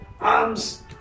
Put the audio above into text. arms